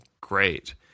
great